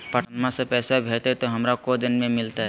पटनमा से पैसबा भेजते तो हमारा को दिन मे मिलते?